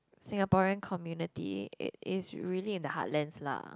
Singaporean community it is really in the Heartlands la